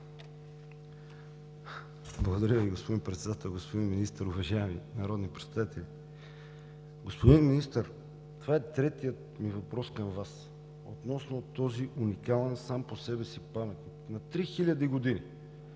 Благодаря Ви, господин Председател. Господин Министър, уважаеми народни представители! Господин Министър, това е третият ми въпрос към Вас относно този уникален сам по себе си паметник – на 3000 години.